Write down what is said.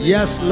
Yes